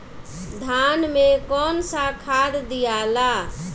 धान मे कौन सा खाद दियाला?